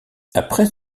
après